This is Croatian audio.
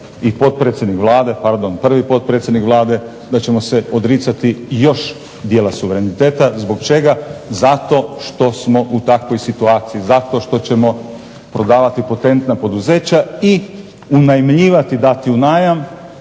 i prvi potpredsjednik Vlade da ćemo se odricati još dijela suvereniteta. Zbog čega, zato što smo u takvoj situaciji, zato što ćemo prodavati potentna poduzeća i unajmljivati, dati u najam